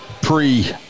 Pre